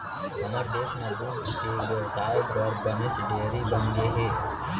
हमर देस म दूद के बेवसाय बर बनेच डेयरी बनगे हे